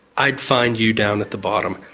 i'd find you down at the bottom,